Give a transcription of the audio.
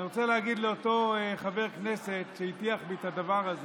אני רוצה להגיד לאותו חבר כנסת שהטיח בי את הדבר הזה,